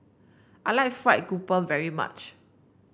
I like fried grouper very much